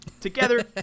Together